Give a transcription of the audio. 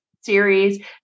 series